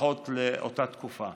לפחות לאותה תקופה.